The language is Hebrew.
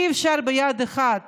אי-אפשר ביד אחת